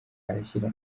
arashyira